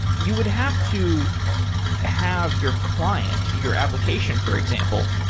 you would have to have your client, your application, for example.